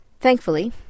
Thankfully